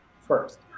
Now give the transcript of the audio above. first